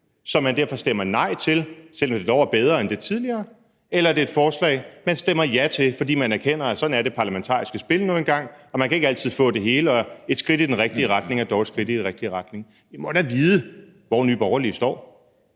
som man derfor stemmer nej til, selv om det dog er bedre end det tidligere, eller er det et forslag, som man stemmer ja til, fordi man erkender, at sådan er det parlamentariske spil nu engang og man ikke altid kan få det hele, og at et skridt i den rigtige retning dog er et skridt i den rigtige retning? Vi må da vide, hvor Nye Borgerlige står.